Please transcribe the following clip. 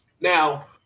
Now